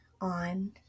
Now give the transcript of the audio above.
on